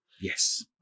yes